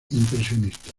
impresionista